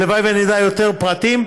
והלוואי ונדע יותר פרטים,